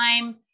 time